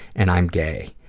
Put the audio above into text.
and i'm gay.